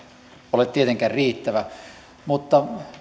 ole tietenkään riittävä toimi mutta